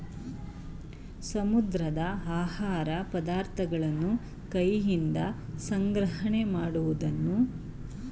ಸಮುದ್ರದ ಆಹಾರ ಪದಾರ್ಥಗಳನ್ನು ಕೈಯಿಂದ ಸಂಗ್ರಹಣೆ ಮಾಡುವುದನ್ನು ಹ್ಯಾಂಡ್ ಗ್ಯಾದರಿಂಗ್ ಅಂತರೆ